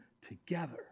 together